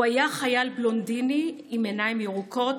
אדוני היושב-ראש,